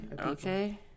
Okay